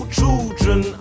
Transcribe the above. children